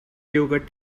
yogurt